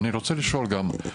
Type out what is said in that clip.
אני רוצה לשאול גם,